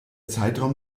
zeitraum